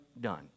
done